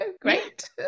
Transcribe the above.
great